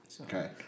Okay